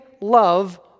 love